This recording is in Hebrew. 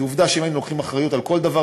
כי עובדה שאם היינו לוקחים אחריות לכל דבר,